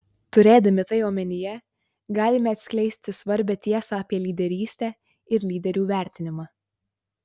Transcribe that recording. turėdami tai omenyje galime atskleisti svarbią tiesą apie lyderystę ir lyderių vertinimą